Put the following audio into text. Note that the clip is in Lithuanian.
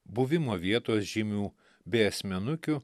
buvimo vietos žymių bei asmenukių